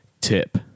tip